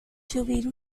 subir